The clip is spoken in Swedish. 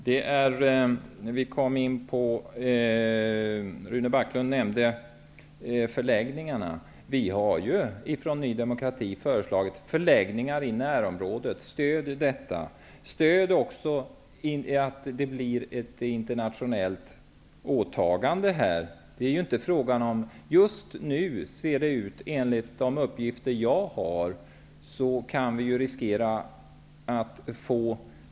Herr talman! Rune Backlund nämnde förläggningarna. Vi i Ny demokrati har ju föreslagit att man skall stödja ett internationellt åtagande när det gäller förläggningar i närområdet.